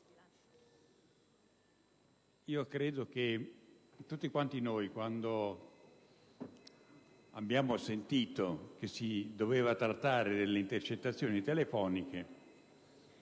credo che tutti noi, quando abbiamo sentito che si doveva trattare delle intercettazioni telefoniche,